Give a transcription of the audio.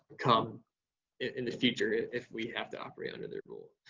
come in the future if we have to operate under their rule.